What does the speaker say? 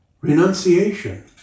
Renunciation